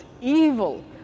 evil